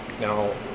now